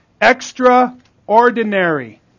extraordinary